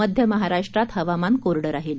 मध्य महाराष्ट्रात हवामान कोरडं राहील